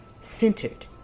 centered